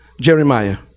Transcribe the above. jeremiah